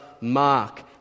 Mark